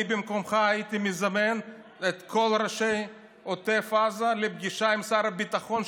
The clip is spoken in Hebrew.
אני במקומך הייתי מזמן את כל ראשי עוטף עזה לפגישה עם שר הביטחון,